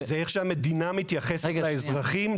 זה איך שהמדינה מתייחסת לאזרחים,